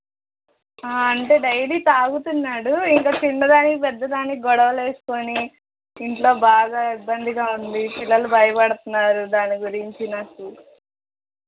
అంటే డైలీ తాగుతున్నాడు ఇంక చిన్నదానికి పెద్దదానికి గొడవలు వేసుకుని ఇంట్లో బాగా ఇబ్బందిగా ఉంది పిల్లలు భయపడుతున్నారు దాని గురించి నాకు